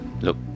Look